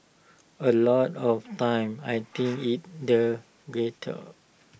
A lot of time I think it's the gutter